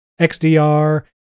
XDR